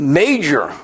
major